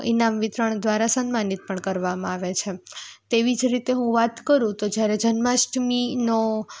ઈનામ વિતરણ દ્વારા સન્માનિત પણ કરવામાં આવે છે તેવી જ રીતે હું વાત કરું તો જ્યારે જન્માષ્ટમીનો